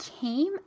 came